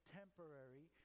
temporary